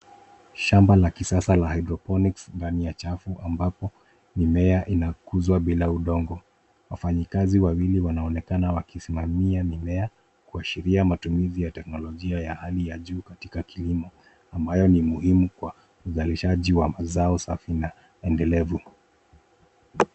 Shamba la kisasa la haidroponiks ndani ya chafu ambapo mimea inakuzwa bila udongo. Wafanyi kazi wawili wanaonekana wakisimamia mimea kuashiria matumizi ya teknolojia ya hali ya juu katika kilimo ambayo ni muhimu kwa uzalishaji wa mazao safi na endelevu.